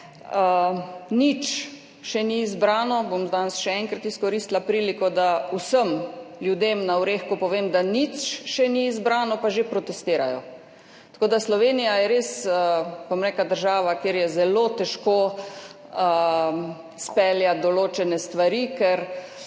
Nič še ni izbrano, bom danes še enkrat izkoristila priliko, da vsem ljudem na Orehku povem, da še nič ni izbrano, pa že protestirajo. Slovenija je res država, kjer je zelo težko speljati določene stvari, ker